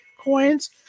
coins